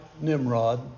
Nimrod